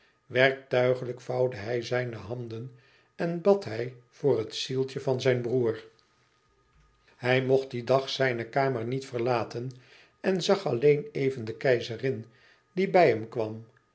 werktuigelijk vouwde hij zijne handen en bad hij voor het zieltje van zijn broêr hij mocht dien dag zijne kamer niet verlaten en zag alleen even de keizerin die bij hem kwam